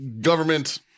government